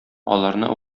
аларны